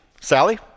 Sally